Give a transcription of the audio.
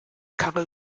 karre